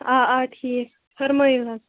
آ آ ٹھیٖک فرمٲیِو حظ